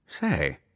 Say